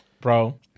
bro